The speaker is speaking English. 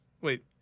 Wait